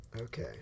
Okay